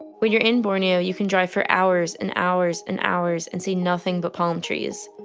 when you're in borneo you can drive for hours and hours and hours and see nothing but palm trees.